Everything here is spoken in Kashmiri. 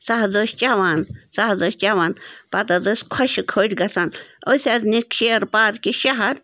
سۄ حظ ٲسۍ چیٚوان سۄ حظ ٲسۍ چیٚوان پَتہٕ حظ ٲسۍ خۄشٕک ہوٚٹۍ گژھان أسۍ حظ نِیِکھ شیر پارکہِ شہر